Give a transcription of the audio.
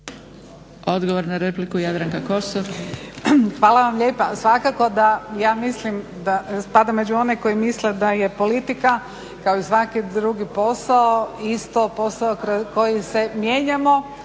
Kosor. **Kosor, Jadranka (Nezavisni)** Hvala vam lijepa. Svakako da mislim da spadam među one koji misle da je politika kao i svaki drugi posao isto posao kroz koji se mijenjamo